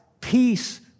peace